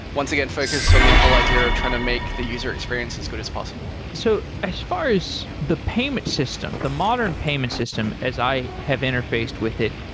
once again, focused on the ah whole idea of trying to make the user experience as good as possible so as far as the payment system, the modern payment system, as i have interfaced with it,